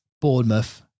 Bournemouth